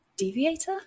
deviator